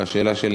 השאלה שלי